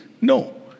No